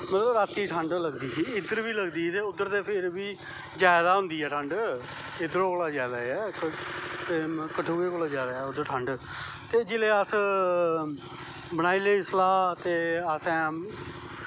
मतलव रातीं ठंड लगदी ही इध्दर लगदी ही ते उध्दर ते फ्ही जादा होंदी ऐ ठंड इध्दर कोला दा जादै ऐ कठुए कोला दा जादा ऐ उध्दर ठंड ते जिसलै अस बनाई लेई सलाह् ते अस